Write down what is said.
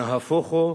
נהפוך הוא.